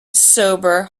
sober